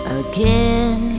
again